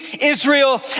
Israel